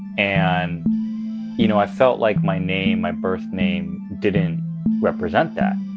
and you know i felt like my name, my birth name, didn't represent that.